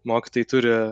mokytojai turi